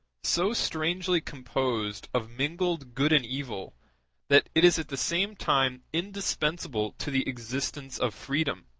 so strangely composed of mingled good and evil that it is at the same time indispensable to the existence of freedom,